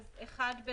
אז 1 בספטמבר?